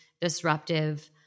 disruptive